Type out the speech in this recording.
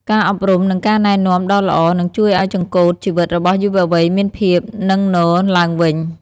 ការអប់រំ និងការណែនាំដ៏ល្អ នឹងជួយឱ្យចង្កូតជីវិតរបស់យុវវ័យមានភាពនឹងនឡើងវិញ។